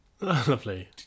Lovely